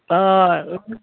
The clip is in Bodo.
अह